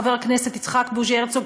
חבר הכנסת יצחק בוז'י הרצוג,